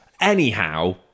anyhow